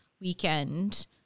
weekend